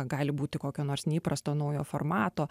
gali būti kokio nors neįprasto naujo formato